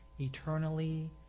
eternally